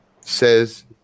says